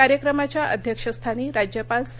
कार्यक्रमाच्या अध्यक्षस्थानी राज्यपाल सी